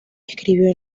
escribió